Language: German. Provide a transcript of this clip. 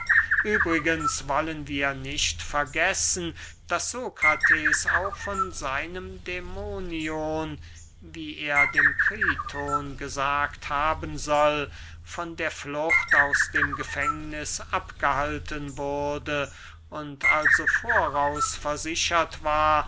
übrigens wollen wir nicht vergessen daß sokrates auch von seinem dämonion wie er dem kriton gesagt haben soll von der flucht aus dem gefängniß abgehalten wurde und also voraus versichert war